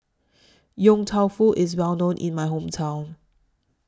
Yong Tau Foo IS Well known in My Hometown